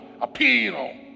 appeal